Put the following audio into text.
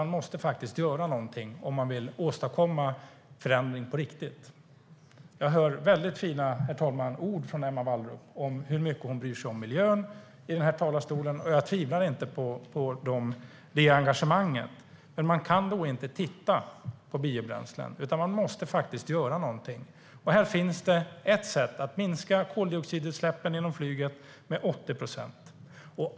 Man måste faktiskt göra någonting om man vill åstadkomma förändring på riktigt. Jag hör fina ord från Emma Wallrup om hur mycket hon bryr sig om miljön, och jag tvivlar inte på engagemanget. Men man kan inte bara titta på biobränslen, utan man måste faktiskt göra någonting. Här finns ett sätt att minska koldioxidutsläppen inom flyget med 80 procent.